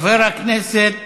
חבר הכנסת